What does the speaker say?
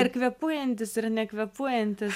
ir kvėpuojantys ir nekvėpuojantys